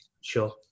sure